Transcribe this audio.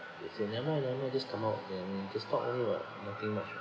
they say never mind never mind just come out then we just talk only [what] nothing much